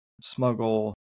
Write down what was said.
smuggle